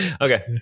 Okay